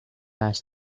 has